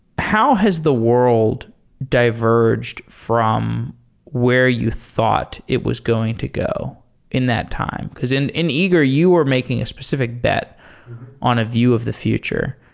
how has the world diverged from where you thought it was going to go in that time? because in in eager, you are making a specific bet on a view of the future.